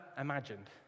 imagined